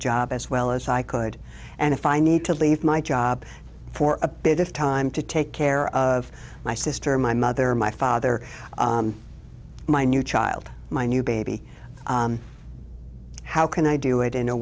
job as well as i could and if i need to leave my job for a bit of time to take care of my sister my mother my father my new child my new baby how can i do it in a